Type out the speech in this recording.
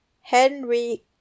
Henry